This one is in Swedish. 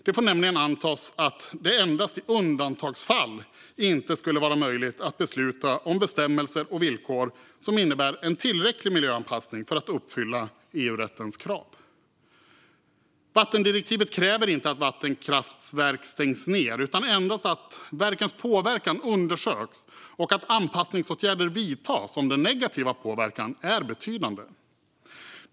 Det får nämligen antas att det endast i undantagsfall inte skulle vara möjligt att besluta om bestämmelser och villkor som innebär en tillräcklig miljöanpassning för att uppfylla EU-rättens krav. Vattendirektivet kräver inte att vattenkraftverk stängs ned utan endast att verkens påverkan undersöks och att anpassningsåtgärder vidtas om den negativa påverkan är betydande.